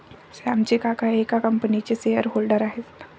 श्यामचे काका एका कंपनीचे शेअर होल्डर आहेत